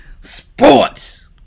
sports